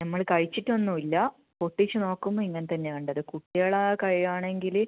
നമ്മൾ കഴിച്ചിട്ട് ഒന്നും ഇല്ല പൊട്ടിച്ച് നോക്കുമ്പോൾ ഇങ്ങനെത്തന്നെയാണ് കണ്ടത് കുട്ടികളാണ് കഴിക്കുവാണെങ്കിൽ